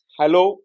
hello